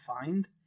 find